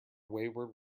wayward